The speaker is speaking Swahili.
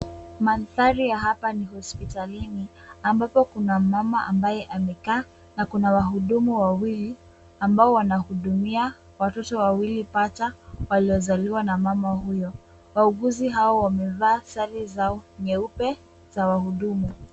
Mandhari ya hapa ni hospitalini ambapo kuna mama ambaye amekaa na kuna wahudumu wawili ambao wanahudumia watoto wawili pacha waliozaliwa na mama huyo. Wauguzi hao wamevaa sare zao nyeupe za wahudumu.